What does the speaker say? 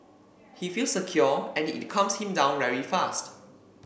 he feels secure and it calms him down very fast